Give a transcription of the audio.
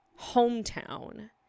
hometown